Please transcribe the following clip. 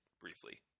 briefly